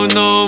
no